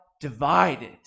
divided